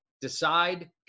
decide